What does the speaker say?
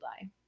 die